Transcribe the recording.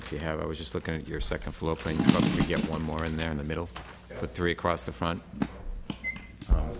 if you have i was just looking at your second floor trying to get one more in there in the middle with three across the front